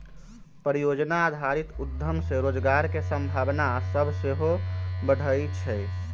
परिजोजना आधारित उद्यम से रोजगार के संभावना सभ सेहो बढ़इ छइ